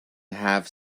have